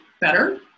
better